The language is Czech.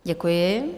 Děkuji.